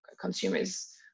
consumers